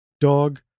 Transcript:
Dog